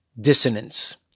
dissonance